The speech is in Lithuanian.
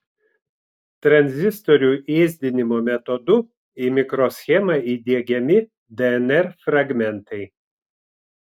tranzistorių ėsdinimo metodu į mikroschemą įdiegiami dnr fragmentai